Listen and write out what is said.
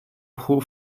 pro